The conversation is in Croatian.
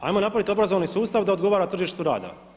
Hajmo napravit obrazovni sustav da odgovara tržištu rada.